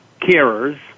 carers